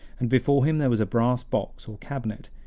and before him there was a brass box or cabinet,